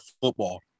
football